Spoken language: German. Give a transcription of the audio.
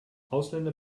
ausländer